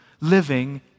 living